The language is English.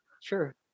Sure